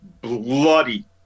bloody